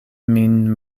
min